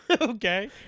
Okay